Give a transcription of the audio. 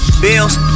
Bills